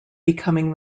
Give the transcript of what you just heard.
becoming